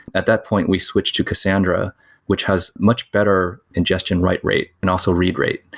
at that point, we switched to cassandra which has much better ingestion write rate and also read rate.